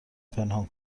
پنهان